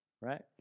right